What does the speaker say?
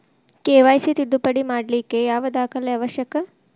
KYC ತಿದ್ದುಪಡಿ ಮಾಡ್ಲಿಕ್ಕೆ ಯಾವ ದಾಖಲೆ ಅವಶ್ಯಕ?